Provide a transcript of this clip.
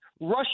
Russia